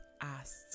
asked